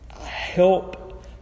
help